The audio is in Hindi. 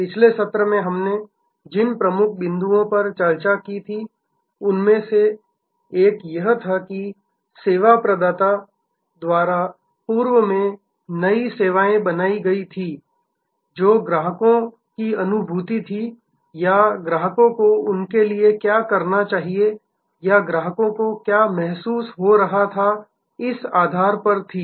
पिछले सत्र में हमने जिन प्रमुख बिंदुओं पर चर्चा की थी उनमें से एक यह था कि सेवा प्रदाताओं द्वारा पूर्व में नई सेवाएँ बनाई गई थीं जो ग्राहकों की अनुभूति थी या ग्राहकों को उनके लिये क्या चाहिए या ग्राहकों को क्या महसूस हो रहा था इस आधार पर थी